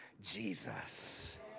Jesus